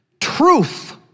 Truth